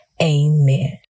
Amen